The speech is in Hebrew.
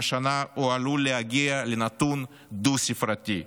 והשנה הוא עלול להגיע לנתון דו-ספרתי.